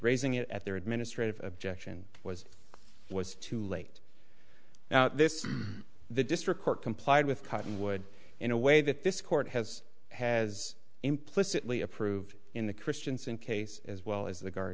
raising it at their administrative objection was was too late now this the district court complied with cottonwood in a way that this court has has implicitly approved in the christianson case as well as the gar